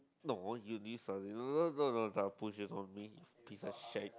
no you don't push it on me piece of shit